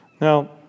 Now